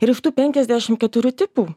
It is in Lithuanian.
ir iš tų penkiasdešimt keturių tipų